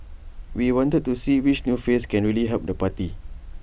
we wanted to see which new face can really help the party